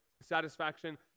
satisfaction